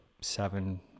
seven